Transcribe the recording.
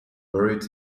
buried